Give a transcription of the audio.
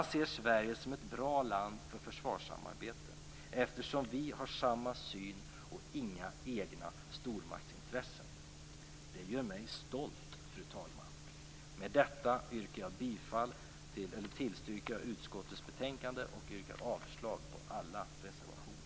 De ser Sverige som ett bra land för försvarssamarbete, eftersom vi har samma syn och inga egna stormaktsintressen. Det gör mig stolt, fru talman. Med detta yrkar jag bifall till hemställan i utskottets betänkande och avslag på alla reservationer.